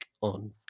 on